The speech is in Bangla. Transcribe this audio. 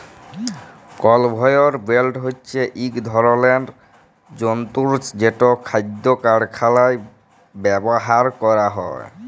কলভেয়র বেল্ট হছে ইক ধরলের যল্তর যেট খাইদ্য কারখালায় ব্যাভার ক্যরা হ্যয়